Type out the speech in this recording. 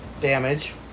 damage